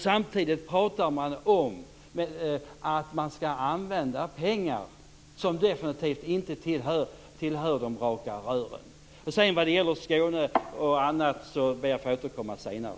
Samtidigt pratar man om att använda pengar som definitivt inte tillhör de raka rören. När det gäller Skåne och annat ber jag att få återkomma senare.